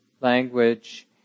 language